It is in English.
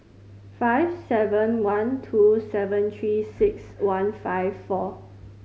five seven one two seven Three Six One five four